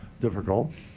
difficult